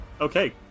Okay